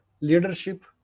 leadership